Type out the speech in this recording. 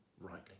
rightly